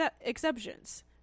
exceptions